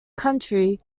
country